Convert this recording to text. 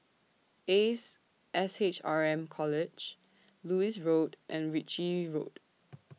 Ace S H R M College Lewis Road and Ritchie Road